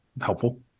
helpful